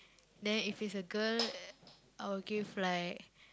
then if it's a girl I will give like